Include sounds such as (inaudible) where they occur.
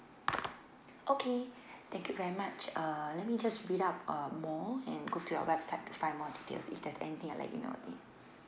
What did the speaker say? okay (breath) thank you very much uh let me just read up uh more and go to your website to find more details if there's anything I like to know or need